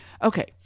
Okay